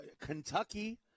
Kentucky